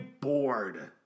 bored